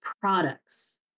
products